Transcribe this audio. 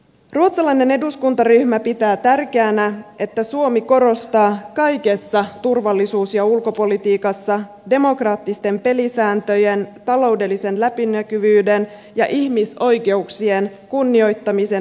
ruotsalainen eduskuntaryhmä pitää tärkeänä että suomi korostaa kaikessa turvallisuus ja ulkopolitiikassa demokraattisten pelisääntöjen taloudellisen läpinäkyvyyden ja ihmisoikeuksien kunnioittamisen merkitystä